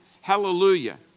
Hallelujah